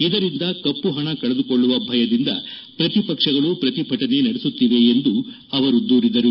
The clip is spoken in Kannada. ಇದರಿಂದ ಕಮ್ಪಣ ಕಳೆದುಕೊಳ್ಳುವ ಭಯದಿಂದ ಪ್ರತಿಪಕ್ಷಗಳು ಪ್ರತಿಭಟನೆ ನಡೆಸುತ್ಲಿವೆ ಎಂದು ಅವರು ದೂರಿದರು